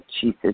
Jesus